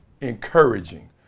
encouraging